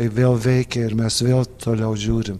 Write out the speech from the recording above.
kai vėl veikia ir mes vėl toliau žiūrim